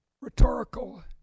rhetorical